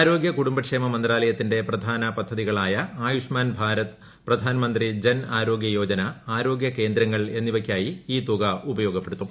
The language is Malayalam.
ആരോഗൃ കുടുംബക്ഷേമ മന്ത്രാലയത്തിന്റെ പ്രധാന പദ്ധതികളായ ആയുഷ്മാൻ ഭാരത് പ്രധാനമന്ത്രി ജൻ ആരോഗൃ യോജന ആരോഗ്യ കേന്ദ്രങ്ങൾ എന്നിവയ്ക്കായി ഈ തുക ഉപയോഗപ്പെടുത്തും